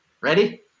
Ready